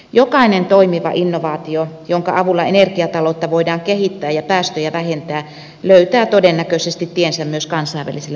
jokainen toimiva innovaatio jonka avulla energiataloutta voidaan kehittää ja päästöjä vähentää löytää todennäköisesti tiensä myös kansainvälisille markkinoille